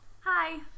Hi